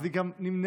אז היא גם נמנעה.